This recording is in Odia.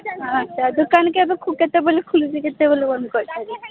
ଆଚ୍ଛା ଦୋକାନ କେବେ କେତେବେଳେ ଖୋଲୁଛି କେତେବେଳେ ବନ୍ଦ କରୁଛ